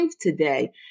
today